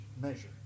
measure